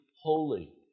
holy